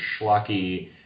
schlocky